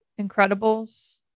Incredibles